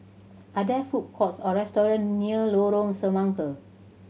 are there food courts or restaurant near Lorong Semangka